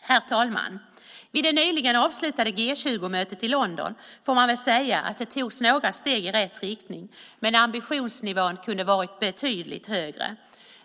Herr talman! Vid det nyligen avslutade G 20-mötet i London får man väl säga att det togs några steg i rätt riktning. Men ambitionsnivån kunde ha varit betydligt högre.